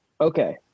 Okay